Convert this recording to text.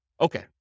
Okay